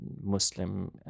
Muslim